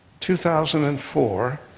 2004